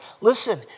Listen